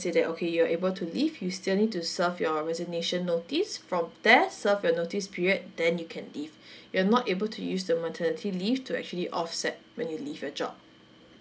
say that okay you're able to leave you still need to serve your resignation notice from there serve your notice period then you can leave you're not able to use the maternity leave to actually offset when you leave your job